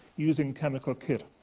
using chemical kit.